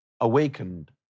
awakened